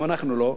וגם אנחנו לא,